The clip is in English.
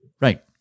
Right